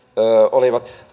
olivat